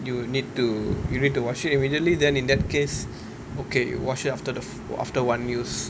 you will need to you need to wash it immediately then in that case okay wash it after the after one use